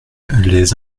les